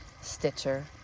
Stitcher